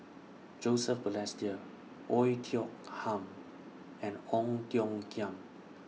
Joseph Balestier Oei Tiong Ham and Ong Tiong Khiam